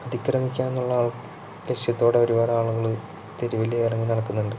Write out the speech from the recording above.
അതിക്രമിക്കാനുള്ള ലക്ഷ്യത്തോടെ ഒരുപാടാളുകള് തെരുവിൽ ഇറങ്ങി നടക്കുന്നുണ്ട്